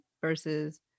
versus